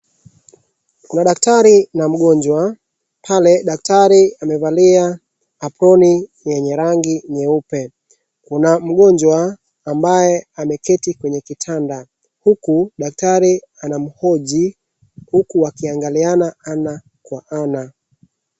Kuna daktari na mgonjwa, pale daktari amevalia aproni yenye rangi nyeupe. Kuna mgonjwa ambaye ameketi kwenye kitanda huku daktari anamhoji huku wakiangaliana ana kwa ana.